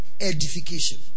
Edification